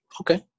okay